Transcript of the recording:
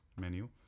menu